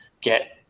get